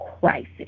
crisis